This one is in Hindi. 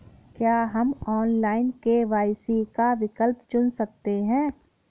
क्या हम ऑनलाइन के.वाई.सी का विकल्प चुन सकते हैं?